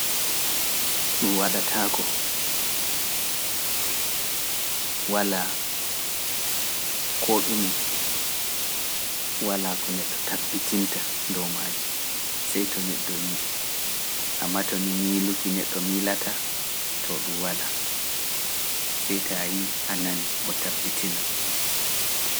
Dun wadatako, wala ko dume, to ni miluki goddo milata tabbitina, to dun wadatako.